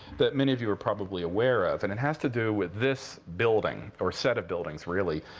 that many of you are probably aware of. and it has to do with this building, or set of buildings, really.